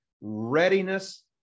Readiness